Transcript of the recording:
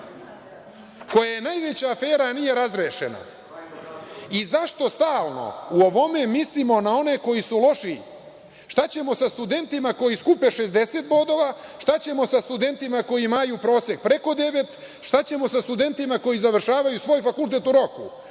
koja je najveća afera, a nije razrešena? Zašto stalno u ovome mislimo na one koji su lošiji? Šta ćemo sa studentima koji skupe 60 bodova? Šta ćemo sa studentima koji imaju prosek preko devet? Šta ćemo sa studentima koji završavaju svoj fakultet u roku?